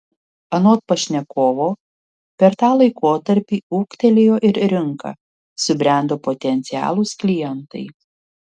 anot pašnekovo per tą laikotarpį ūgtelėjo ir rinka subrendo potencialūs klientai